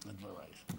דברייך.